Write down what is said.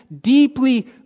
deeply